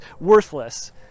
worthless